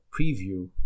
preview